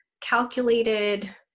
calculated